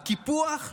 הקיפוח,